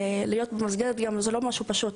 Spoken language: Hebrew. גם להיכנס למסגרת זה לא משהו פשוט.